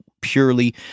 purely